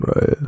right